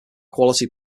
quality